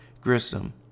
Grissom